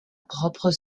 propre